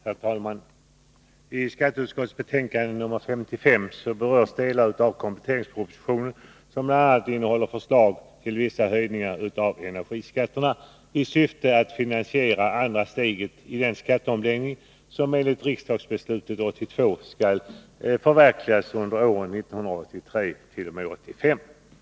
Herr talman! I skatteutskottets betänkande nr 55 berörs delar av kompletteringspropositionen som bl.a. innehåller förslag till vissa höjningar av energiskatterna, i syfte att finansiera andra steget i den skatteomläggning som enligt riksdagsbeslutet 1982 skall förverkligas under åren 1983 t.o.m. 1985.